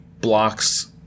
blocks